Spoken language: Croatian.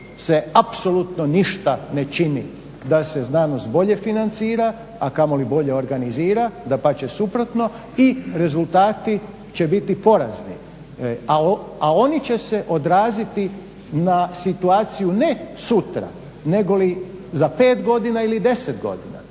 se apsolutno ništa ne čini da se znanost bolje financira, a kamoli bolje organizira, dapače suprotno i rezultati će biti porazni. A oni će se odraziti na situaciju ne sutra, negoli za pet godina ili deset godina.